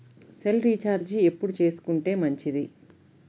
Cell recharge ఎప్పుడు చేసుకొంటే మంచిది?